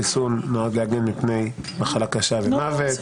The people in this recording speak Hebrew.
החיסון נועד להגן מפני מחלה קשה ומוות.